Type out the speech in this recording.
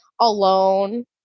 alone